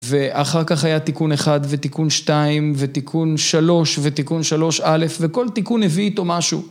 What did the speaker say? ואחר כך היה תיקון אחד, ותיקון שתיים, ותיקון שלוש, ותיקון שלוש א' וכל תיקון הביא איתו משהו.